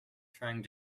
trying